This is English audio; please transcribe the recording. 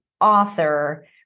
author